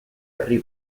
herri